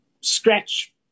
scratch